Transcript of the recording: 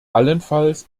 allenfalls